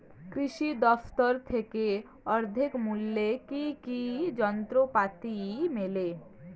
কৃষি দফতর থেকে অর্ধেক মূল্য কি কি যন্ত্রপাতি মেলে?